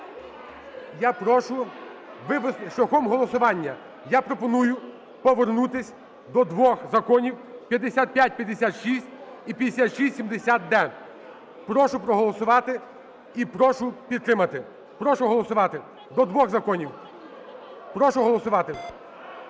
шляхом голосування. Я пропоную повернутись до двох законів 5556 і 5670-д. Прошу проголосувати і прошу підтримати. Прошу голосувати. До двох законів. Прошу голосувати.